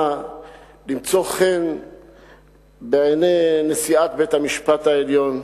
למצוא חן בעיני נשיאת בית-המשפט העליון.